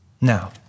Now